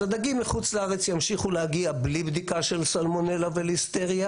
הדגים מחוץ לארץ ימשיכו להגיע בלי בדיקה של סלמנולה וליסטריה.